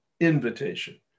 invitation